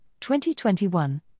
2021